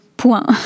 point